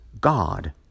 God